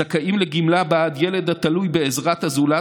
זכאים לגמלה בעד ילד התלוי בעזרת הזולת